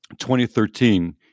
2013